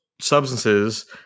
substances